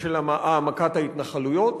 ושל העמקת ההתנחלויות.